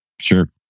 sure